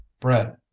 bread